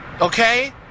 okay